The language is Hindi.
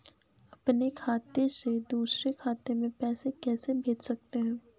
अपने खाते से दूसरे खाते में पैसे कैसे भेज सकते हैं?